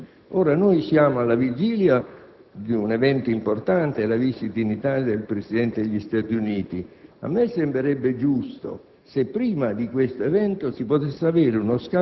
Mosca e Washington. Siamo alla vigilia di un evento importante, come la visita in Italia del Presidente degli Stati Uniti. Mi sembrerebbe giusto